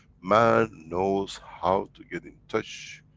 man knows how to get in touch,